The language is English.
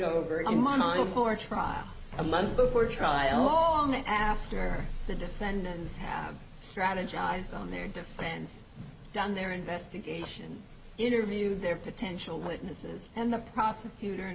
for trial a month before trial after the defendants have strategized on their defense don their investigation interviewed their potential witnesses and the prosecutor